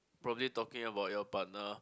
probably talking about your partner